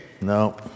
No